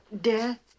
death